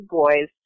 boys